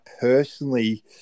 personally